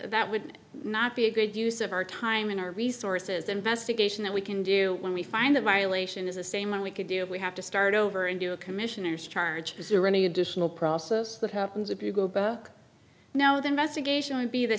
that would not be a good use of our time and our resources investigation that we can do when we find the violation is the same one we could do we have to start over and do a commissioner's charge is there any additional process that happens if no the investigation will be the